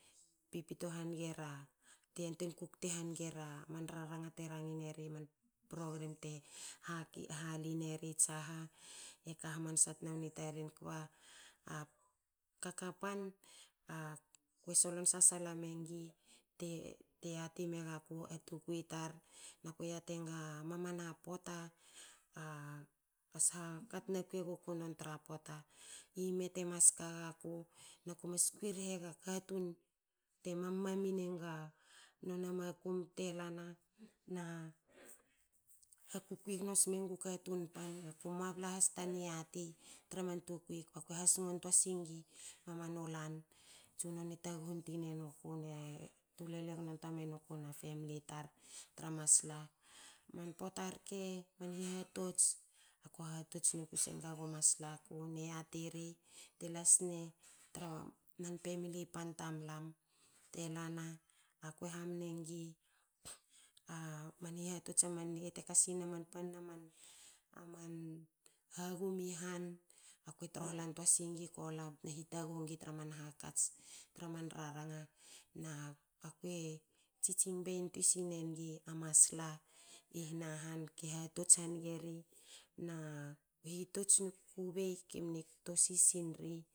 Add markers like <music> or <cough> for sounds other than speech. Pipito hange ra. te yentuein kukte hange ra a man raranga te rangin eri. man program te hali neri tsaha eka hamansa tna wni taren kba <hesitation> ka kapan kwe solon sasala mengi te yati me gaku a tukui tar na kue yatenga mamana pota a sha ka tna kui eguku nontra pota. ime temas ka gaku nako mas kui rhega katun te mami enga nona makum telna ha kukui gno smengu katun pan naku moa bla has ta niati tra man tukui kba ko hasngo tuan singi mamanu lan. Tsunono e taghu twinenuku netu lele gno twa menuku na femli tar tra masla. Man pota rke man hihatots ko hatots noku senge gu masla ku ne yati ri te la sne tra man femli pan tamlam te lana. ako hamne ngi a man hihatots a man nge na man hagum i han. akue trohlan toa singi kola btena hitaguhu tra man hakats tra man raranga na kue tsitsing bei intuit snengi a masla i hnahan ke hahots hange ri na u hitots nu kukubei ki mni kto sisinri